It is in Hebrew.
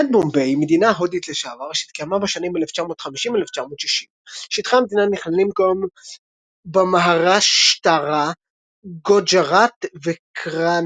מדינת בומביי היא מדינה הודית לשעבר שהתקיימה בשנים 1950–1960. שטחי המדינה נכללים כיום במהראשטרה גוג'ראט וקרנאטקה.